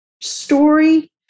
story